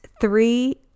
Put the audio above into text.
three